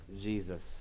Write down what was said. Jesus